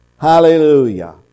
Hallelujah